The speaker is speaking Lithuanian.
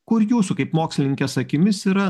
kur jūsų kaip mokslininkės akimis yra